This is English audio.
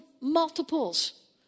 multiples